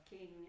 King